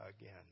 again